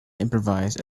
improvise